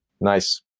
Nice